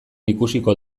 ikusiko